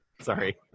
Sorry